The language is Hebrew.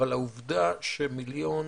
אבל העובדה שמיליון